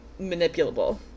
manipulable